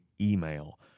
email